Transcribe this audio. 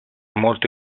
molte